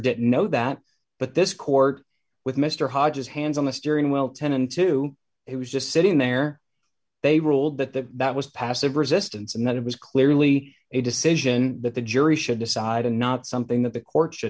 didn't know that but this court with mr hodges hands on the steering wheel ten and two it was just sitting there they ruled that that was passive resistance and that it was clearly a decision that the jury should decide and not something that the court